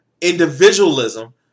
individualism